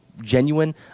genuine